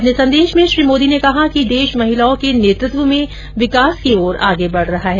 अपने संदेश में श्री मोदी ने कहा कि देश महिलाओं के नेतृत्व में विकास की ओर आगे बढ़ रहा है